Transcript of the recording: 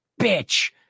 bitch